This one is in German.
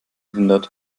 hindert